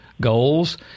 goals